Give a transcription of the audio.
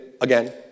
again